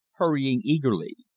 hurrying eagerly.